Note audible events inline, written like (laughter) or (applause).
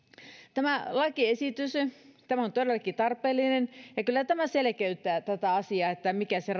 tämä lakiesitys on todellakin tarpeellinen kyllä tämä selkeyttää tätä asiaa että mikä se (unintelligible)